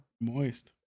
Moist